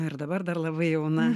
na ir dabar dar labai jauna